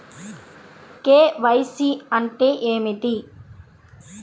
KYC అంటే ఏమిటి?